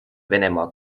venemaa